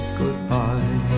goodbye